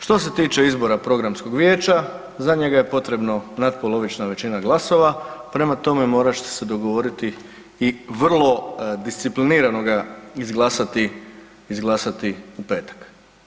Što se tiče izbora Programskog vijeća za njega je potrebno natpolovična većina glasova, prema tome morat ćete se dogovoriti i vrlo disciplinirano ga izglasati u petak.